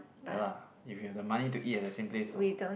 ya lah if you have the money to eat at the same place lor